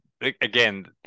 again